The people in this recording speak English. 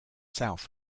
south